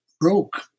broke